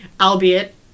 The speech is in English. albeit